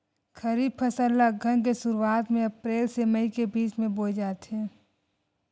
खरीफ फसल ला अघ्घन के शुरुआत में, अप्रेल से मई के बिच में बोए जाथे